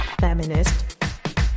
Feminist